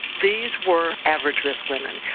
these were average risk women.